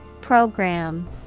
Program